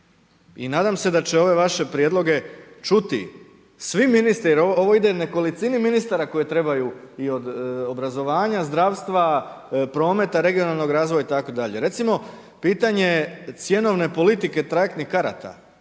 I nadam se da će ove vaše prijedloge čuti svi ministri jer ovo ide nekolicini ministara koje trebaju i od obrazovanja, zdravstva, prometa, regionalnog razvoja itd. Recimo, pitanje je cjenovne politike trajektnih karata.